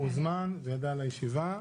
והוא הוזמן וידע על הישיבה.